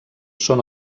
són